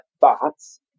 thoughts